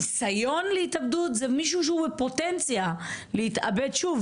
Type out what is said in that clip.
הניסיון להתאבדות זה מישהו שהוא בפוטנציה להתאבד שוב,